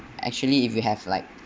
actually if you have like